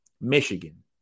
Michigan